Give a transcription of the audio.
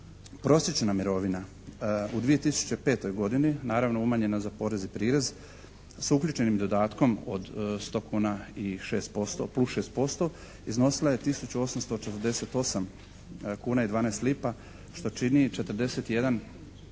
prosječna mirovina u 2005. godini, naravno umanjena za porez i prirez s uključenim dodatkom od 100 kuna plus 6% iznosila je tisuću 848 kuna i 12 lipa što čini 41,32%